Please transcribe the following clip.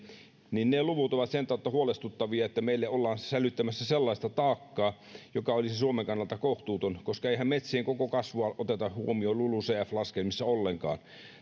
ne luvut ovat huolestuttavia sen tautta että meille ollaan sälyttämässä sellaista taakkaa joka olisi suomen kannalta kohtuuton koska eihän metsien koko kasvua oteta huomioon lulucf laskelmissa ollenkaan